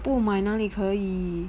不买哪里可以